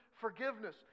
forgiveness